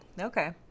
Okay